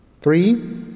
Three